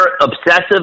obsessive